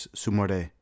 sumore